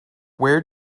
where